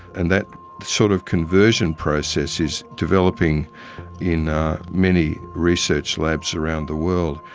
and that sort of conversion process is developing in many research labs around the world,